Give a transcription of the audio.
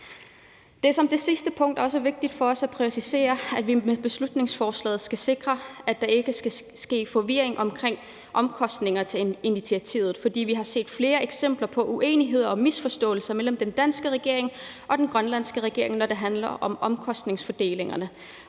Det er som det sidste punkt også vigtigt for os at præcisere, at vi med beslutningsforslaget skal sikre, at der ikke sker forvirring omkring omkostningerne til initiativet. For vi har set flere eksempler på uenigheder og misforståelser mellem den danske regering og den grønlandske regering, når det handler om omkostningsfordelingen.